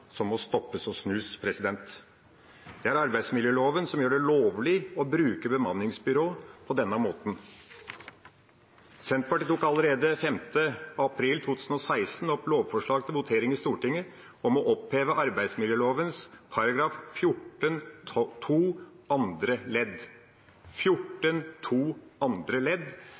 som må stoppes og snus. Det er arbeidsmiljøloven som gjør det lovlig å bruke bemanningsbyråer på denne måten. Senterpartiet tok allerede den 5. april 2016 opp lovforslag til votering i Stortinget om å oppheve arbeidsmiljøloven § 14-12 andre ledd –§ 14-12 andre ledd